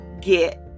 get